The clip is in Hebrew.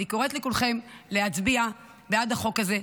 אני קוראת לכולכם להצביע בעד החוק הזה.